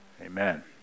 Amen